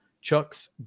Chuck's